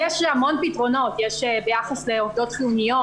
יש המון פתרונות ביחס לעובדות חיוניות.